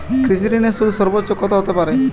কৃষিঋণের সুদ সর্বোচ্চ কত হতে পারে?